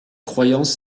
croyance